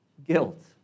guilt